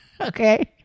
Okay